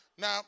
Now